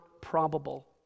probable